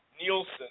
Nielsen